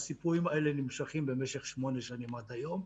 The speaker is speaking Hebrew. הסיפורים האלה נמשכים במשך שמונה שנים, עד היום.